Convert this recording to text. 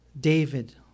David